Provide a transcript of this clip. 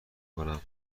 کنم